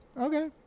okay